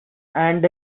and